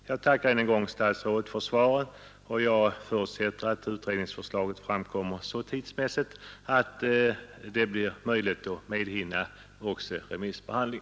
Jag tackar än en gång statsrådet för svaret och förutsätter att utredningsförslaget kommer att läggas fram i så god tid att det blir möjligt att hinna med också en remissbehandling.